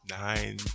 nine